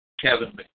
Kevin